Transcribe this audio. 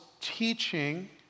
teaching